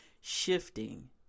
shifting